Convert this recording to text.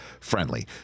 friendly